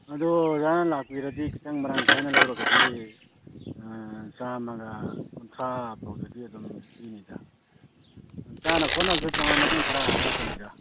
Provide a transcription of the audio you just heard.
ꯑꯗꯣ ꯑꯣꯖꯥꯅ ꯂꯥꯛꯄꯤꯔꯗꯤ ꯈꯤꯇꯪ ꯃꯔꯥꯡ ꯀꯥꯏꯅ ꯂꯧꯔꯒꯗꯤ ꯆꯥꯝꯃꯒ ꯀꯨꯟꯊ꯭ꯔꯥꯐꯥꯎꯗꯗꯤ ꯑꯗꯨꯝ ꯄꯤꯅꯤꯗ ꯆꯥꯅ ꯈꯣꯠꯅꯕꯁꯨ ꯇꯣꯡꯉꯥꯟꯅ ꯑꯗꯨꯝ ꯈꯔ ꯍꯥꯞꯀꯅꯤꯗ